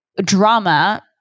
drama